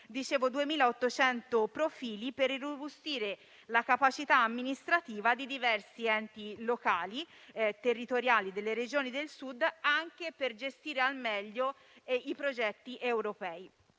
2.800 profili per irrobustire la capacità amministrativa di diversi enti locali e territoriali delle Regioni del Sud, anche al fine di gestire al meglio i progetti europei.